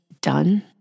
done